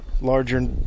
larger